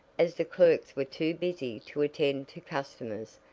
as the clerks were too busy to attend to customers,